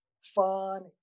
fun